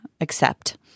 accept